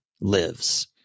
lives